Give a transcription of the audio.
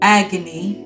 agony